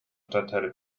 stadtteile